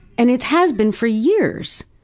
and it has been for years.